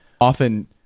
often